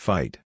Fight